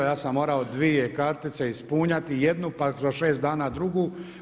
Ja sam morao dvije kartice ispunjavati, jednu pa kroz 6 dana drugu.